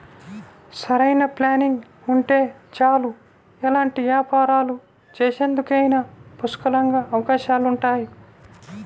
సరైన ప్లానింగ్ ఉంటే చాలు ఎలాంటి వ్యాపారాలు చేసేందుకైనా పుష్కలంగా అవకాశాలుంటాయి